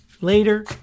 later